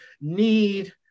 need